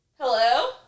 hello